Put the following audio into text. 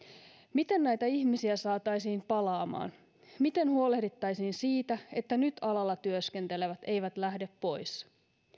miten näitä ihmisiä saataisiin palaamaan miten huolehdittaisiin siitä että nyt alalla työskentelevät eivät lähde pois